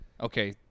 Okay